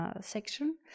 section